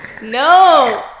No